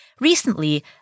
Recently